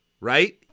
Right